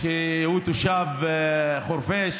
שהוא תושב חורפיש,